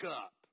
up